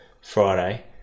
Friday